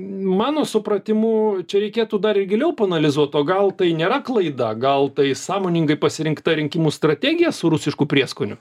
mano supratimu čia reikėtų dar giliau paanalizuot o gal tai nėra klaida gal tai sąmoningai pasirinkta rinkimų strategija su rusišku prieskoniu